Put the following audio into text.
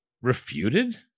Refuted